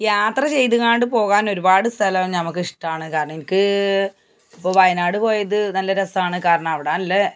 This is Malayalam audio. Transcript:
യാത്ര ചെയ്തങ്ങാണ്ട് പോകാൻ ഒരുപാട് സ്ഥലം നമുക്ക് ഇഷ്ടമാണ് കാരണം എനിക്ക് ഇപ്പോള് വയനാട് പോയത് നല്ല രസമാണ് കാരണം അവിടെ നല്ല